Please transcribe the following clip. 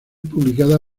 publicada